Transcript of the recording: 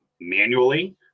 manually